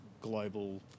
global